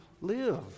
live